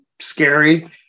scary